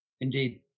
Indeed